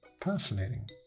Fascinating